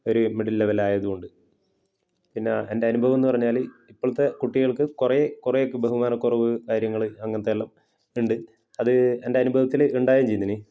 ഒരു മിഡിൽ ലെവലായതുകൊണ്ട് പിന്നെ എന്റെ അനുഭവം എന്ന് പറഞ്ഞാല് ഇപ്പോഴത്തെ കുട്ടികൾക്ക് കുറേ കുറേയൊക്കെ ബഹുമാനക്കുറവ് കാര്യങ്ങള് അങ്ങനത്തെ എല്ലാം ഉണ്ട് അത് എൻ്റെ അനുഭവത്തില് ഉണ്ടാവുകയും ചെയ്തിന്